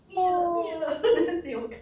oh